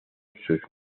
sus